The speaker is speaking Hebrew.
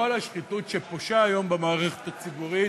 בכל השחיתות שפושה היום במערכת הציבורית,